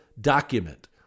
document